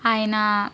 ఆయన